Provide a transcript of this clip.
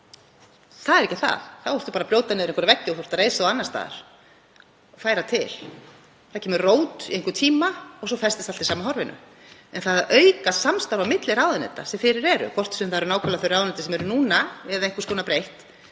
Það er ekki það. Þá ertu bara að brjóta niður veggi og reisa þá annars staðar og færa til. Það kemur rót í einhvern tíma og svo festist allt í sama horfinu. En það að auka samstarf á milli ráðuneyta sem fyrir eru, hvort sem það eru nákvæmlega þau ráðuneyti sem eru núna eða einhvers konar breytt,